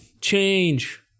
Change